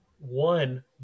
one